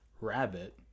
rabbit